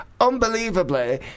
unbelievably